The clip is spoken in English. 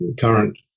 current